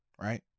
right